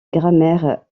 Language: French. grammaire